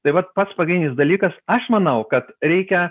tai vat pats pagrindinis dalykas aš manau kad reikia